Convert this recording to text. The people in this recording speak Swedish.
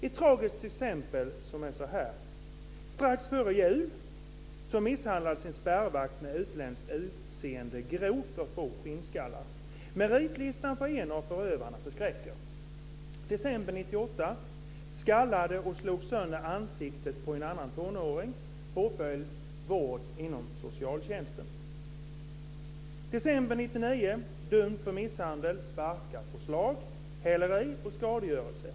Ett tragiskt exempel är det här: Strax före jul misshandlades en spärrvakt med utländskt utseende grovt av två skinnskallar. Meritlistan för en av förövarna förskräcker. I december 1998 skallade han och slog sönder ansiktet på en annan tonåring. Påföljden blev vård inom socialtjänsten. I december 1999 dömdes han för misshandel, sparkar och slag, häleri och skadegörelse.